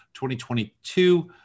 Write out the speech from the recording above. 2022